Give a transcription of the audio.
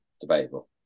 Debatable